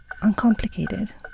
uncomplicated